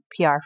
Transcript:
PR